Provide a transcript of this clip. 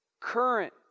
current